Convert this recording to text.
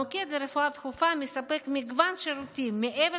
המוקד לרפואה דחופה מספק מגוון שירותים מעבר